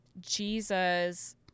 Jesus